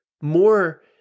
more